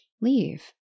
leave